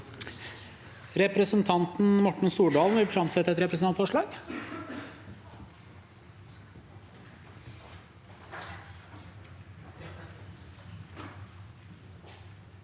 Representanten Morten Stordalen vil framsette et representantforslag.